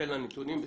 תן לה נתונים בשמחה.